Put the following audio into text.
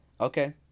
Okay